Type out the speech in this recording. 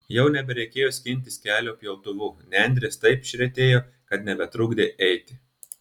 jau nebereikėjo skintis kelio pjautuvu nendrės taip išretėjo kad nebetrukdė eiti